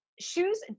shoes